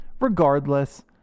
Regardless